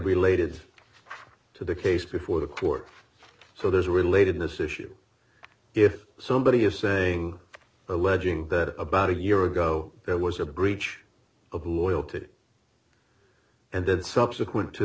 related to the case before the court so there's a relatedness issue if somebody is saying alleging that about a year ago there was a breach of loyalty and then subsequent to